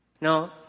No